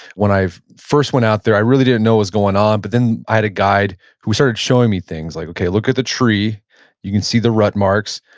when i first went out there, i really didn't know what was going on, but then i had a guide who started showing me things. like okay, look at the tree you can see the rut marks.